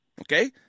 okay